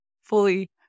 fully